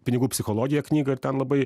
pinigų psichologija knygą ir ten labai